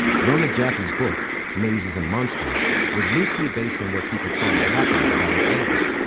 rona jaffe's book mazes and monsters was loosely based on what people thought had happened to dallas egbert.